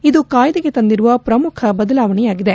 ಇದು ಕಾಯ್ದೆಗೆ ತಂದಿರುವ ಪ್ರಮುಖ ಬದಲಾವಣೆಯಾಗಿದೆ